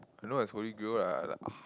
I know is holy grail I I like uh